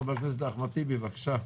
חבר הכנסת אחמד טיבי, בבקשה.